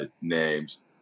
names